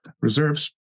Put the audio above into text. reserves